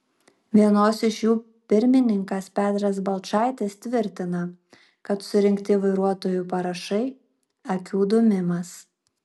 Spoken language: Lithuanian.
vienos iš jų pirmininkas petras balčaitis tvirtina kad surinkti vairuotojų parašai akių dūmimas